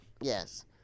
yes